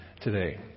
today